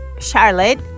Charlotte